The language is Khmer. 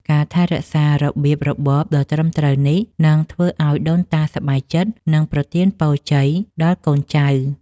ការថែរក្សារបៀបរបបដ៏ត្រឹមត្រូវនេះនឹងធ្វើឱ្យដូនតាសប្បាយចិត្ត និងប្រទានពរជ័យដល់កូនចៅ។